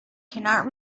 cannot